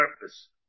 purpose